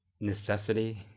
necessity